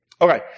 Okay